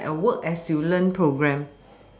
is like a work as you learn programme